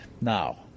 Now